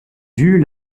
j’eus